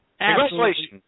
Congratulations